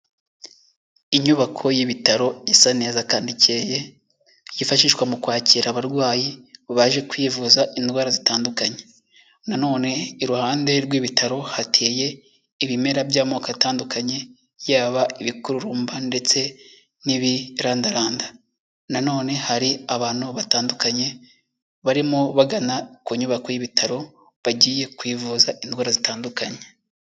Inyubako y'ibitaro isa neza kandi ikeye, yifashishwa mu kwakira abarwayi baje kwivuza indwara zitandukanye, na none iruhande rw'ibitaro hateye ibimera by'amoko atandukanye, yaba ibikururumba ndetse n'ibirandaranda, na none hari abantu batandukanye barimo bagana ku nyubako y'ibitaro, bagiye kwivuza indwara zitandukanye.